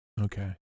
Okay